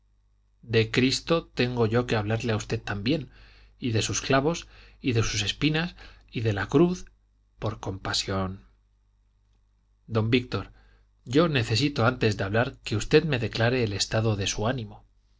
cristo de cristo tengo yo que hablarle a usted también y de sus clavos y de sus espinas y de la cruz por compasión don víctor yo necesito antes de hablar que usted me declare el estado de su ánimo